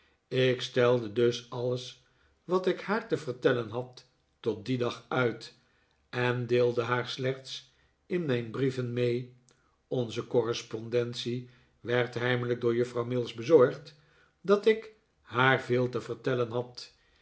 ik stelde dus alles wat ik haar te vertellen had tot dien dag uit en deelde haar slechts in mijn brieven mee onze correspondentie werd heimelijk door juffrouw mills bezorgd dat ik haar veel te vertellen had